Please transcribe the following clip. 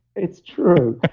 it's true.